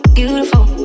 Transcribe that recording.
beautiful